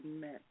meant